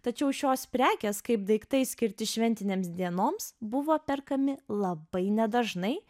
tačiau šios prekės kaip daiktai skirti šventinėms dienoms buvo perkami labai nedažnai